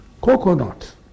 Coconut